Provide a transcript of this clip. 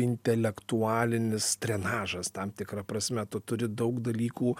intelektualinis drenažas tam tikra prasme tu turi daug dalykų